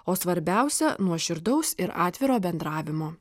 o svarbiausia nuoširdaus ir atviro bendravimo